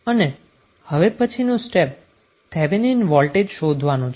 અને હવે પછીનું સ્ટેપ થેવેનિન વોલ્ટેજ શોધવાનું છે